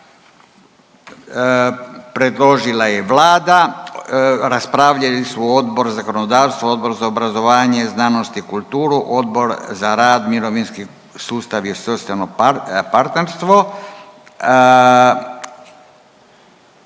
predložila je Vlada, raspravljali su Odbor za zakonodavstvo, Odbor za obrazovanje, znanost i kulturu, Odbor za rad, mirovinski sustav i socijalno partnerstvo.